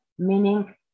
meaning